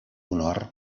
honor